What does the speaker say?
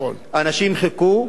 אנשים חיכו,